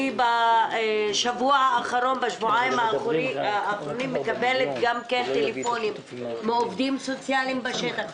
בשבוע שבועיים האחרונים אני מקבלת שיחות טלפון מעובדים סוציאליים בשטח,